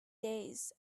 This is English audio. days